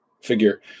figure